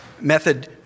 method